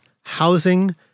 housing